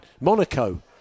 Monaco